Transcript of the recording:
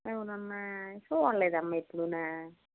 అవును అమ్మ చూడలేదమ్మా ఎప్పుడునూ